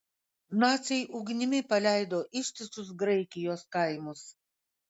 naciai ugnimi paleido ištisus graikijos kaimus